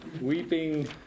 weeping